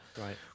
Right